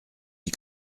que